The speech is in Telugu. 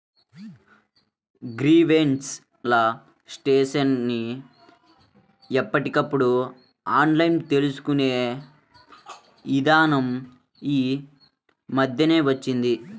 గ్రీవెన్స్ ల స్టేటస్ ని ఎప్పటికప్పుడు ఆన్లైన్ తెలుసుకునే ఇదానం యీ మద్దెనే వచ్చింది